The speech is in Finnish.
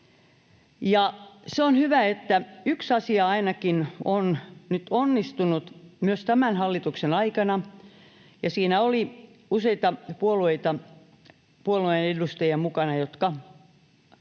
On hyvä, että ainakin yksi asia on nyt onnistunut myös tämän hallituksen aikana. Siinä oli usean puolueen edustajia mukana, jotka